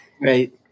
Right